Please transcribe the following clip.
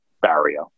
Barrier